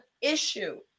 issue